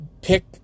Pick